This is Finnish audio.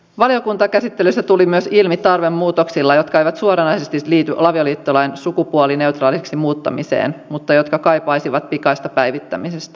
valiokuntakäsittelyssä tuli ilmi myös tarve muutoksille jotka eivät suoranaisesti liity avioliittolain sukupuolineutraaliksi muuttamiseen mutta jotka kaipaisivat pikaista päivittämistä